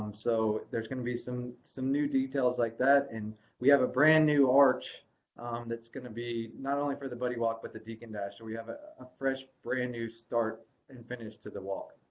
so there's going to be some some new details like that. and we have a brand new arch that's going to be not only for the buddy walk, but the deacon dash, and we have a ah fresh, brand new start and finish to the walk.